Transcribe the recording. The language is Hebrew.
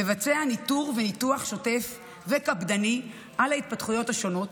מבצע ניטור וניתוח שוטף וקפדני של ההתפתחויות השונות